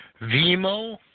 Vimo